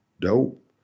dope